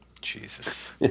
Jesus